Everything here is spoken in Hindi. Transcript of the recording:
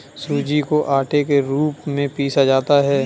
सूजी को आटे के रूप में पीसा जाता है